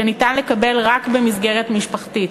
שניתן לקבל רק במסגרת משפחתית.